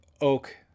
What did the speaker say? Oak